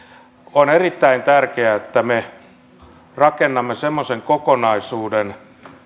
on erittäin tärkeää että me rakennamme semmoisen kokonaisuuden